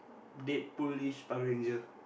Deadpool-ish Power-Ranger